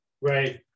Right